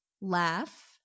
laugh